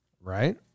Right